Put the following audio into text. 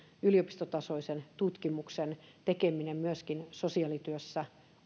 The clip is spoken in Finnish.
yliopistotasoisen tutkimuksen tekeminen myöskin sosiaalityössä